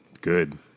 Good